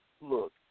Look